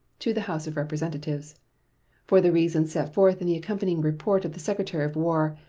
to the house of representatives for the reasons set forth in the accompanying report of the secretary of war,